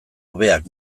hobeak